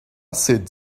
sit